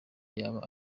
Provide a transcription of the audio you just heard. yaba